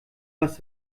was